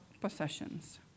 possessions